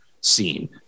scene